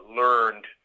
learned